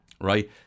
right